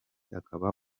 akaba